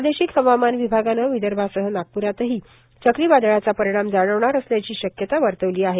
प्रादेशिक हवामान विभागानं विदर्भासह नागप्रातही चक्रीवादळाचा परिणाम जाणवणार असल्याची शक्यता वर्तवली आहे